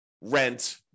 rent